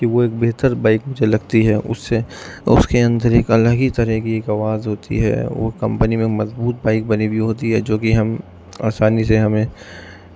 کہ وہ ایک بہتر بائک مجھے لگتی ہے اس سے اور اس کے اندر ایک الگ ہی طرح کی ایک آواز ہوتی ہے وہ کمپنی میں مضبوط بائک بنی ہوئی ہوتی ہے جوکہ ہم آسانی سے ہمیں